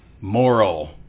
moral